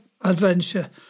adventure